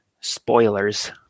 spoilers